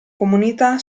comunità